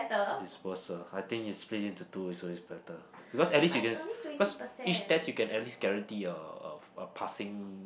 is worser I think if split into two is always better because at least if it is cause each test you can at least guarantee uh uh a passing